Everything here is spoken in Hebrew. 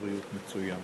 קודם כול בשעה